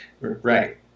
Right